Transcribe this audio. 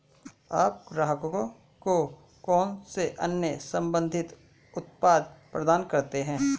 आप ग्राहकों को कौन से अन्य संबंधित उत्पाद प्रदान करते हैं?